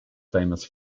famous